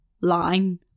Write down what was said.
line